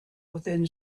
within